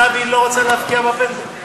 זהבי לא רצה להבקיע בפנדל.